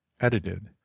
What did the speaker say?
Edited